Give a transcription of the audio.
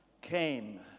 came